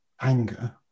anger